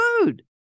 food